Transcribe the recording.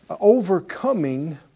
Overcoming